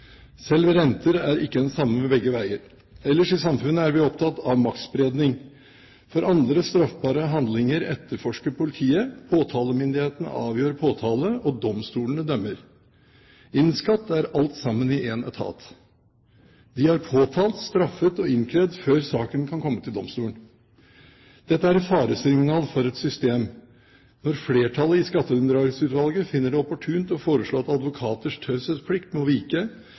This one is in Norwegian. er ikke den samme begge veier. Ellers i samfunnet er vi opptatt av maktspredning. For andre straffbare handlinger etterforsker politiet, påtalemyndighetene avgjør påtale, og domstolene dømmer. Innen skatt er alt samlet i én etat. De har påtalt, straffet og innkrevd før saken kan komme til domstolen. Dette er et faresignal for et system. Når flertallet i Skatteunndragelsesutvalget finner det opportunt å foreslå at advokaters taushetsplikt må vike,